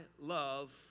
love